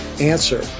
answer